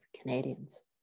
Canadians